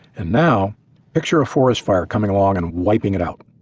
and now picture a forest fire coming along and wiping it out.